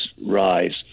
rise